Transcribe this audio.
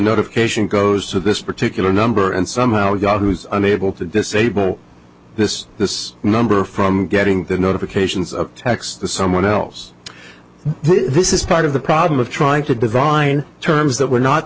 notification goes to this particular number and somehow we got who's unable to disable this this number from getting the notifications of text to someone else this is part of the problem of trying to divine terms that were not